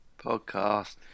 Podcast